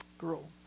Grow